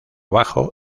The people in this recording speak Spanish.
bajo